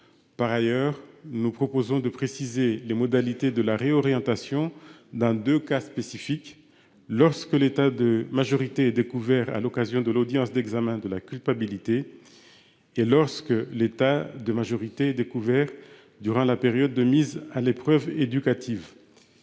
Par ailleurs, nous proposons de préciser les modalités de la réorientation ... Très bien !... dans deux cas spécifiques : lorsque l'état de majorité est découvert à l'occasion de l'audience d'examen de la culpabilité et lorsqu'il est découvert durant la période de mise à l'épreuve éducative.